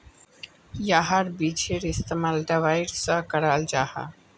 याहार बिजेर इस्तेमाल दवाईर सा कराल जाहा